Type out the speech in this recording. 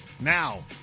Now